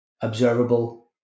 observable